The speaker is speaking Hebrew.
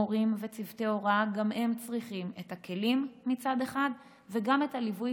מורים וצוותי הוראה גם הם צריכים את הכלים וגם את הליווי